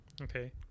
Okay